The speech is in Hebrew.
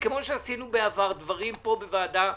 כמו שעשינו בעבר דברים בוועדה,